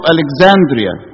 Alexandria